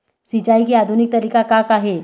सिचाई के आधुनिक तरीका का का हे?